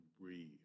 breathe